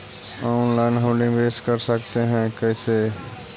Online हम निवेश कर सकते है, कैसे?